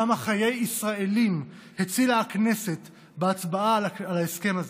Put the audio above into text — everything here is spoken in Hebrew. כמה חיי ישראלים הצילה הכנסת בהצבעה על ההסכם הזה.